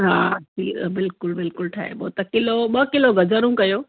हा सीरो बिल्कुलु बिल्कुलु ठाहिबो त किलो ॿ किलो गजरूं कयो